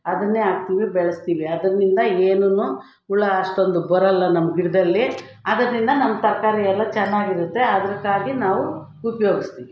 ಅದನ್ನೇ ಹಾಕ್ತೀವಿ ಬೆಳೆಸ್ತೀವಿ ಅದರಿಂದ ಏನೂ ಹುಳ ಅಷ್ಟೊಂದು ಬರಲ್ಲ ನಮ್ಮ ಗಿಡದಲ್ಲಿ ಅದರಿಂದ ನಮ್ಮ ತರಕಾರಿ ಎಲ್ಲ ಚೆನ್ನಾಗಿರುತ್ತೆ ಅದಕ್ಕಾಗಿ ನಾವು ಉಪ್ಯೋಗಿಸ್ತೀವಿ